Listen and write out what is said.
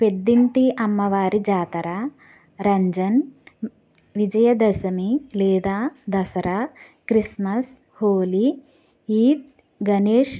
పెద్దింటి అమ్మవారి జాతర రంజాన్ విజయదశమి లేదా దసరా క్రిస్మస్ హోలీ ఈద్ గణేష్